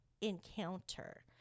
encounter